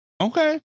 Okay